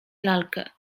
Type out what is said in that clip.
lalkę